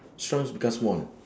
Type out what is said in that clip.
shrunk is become small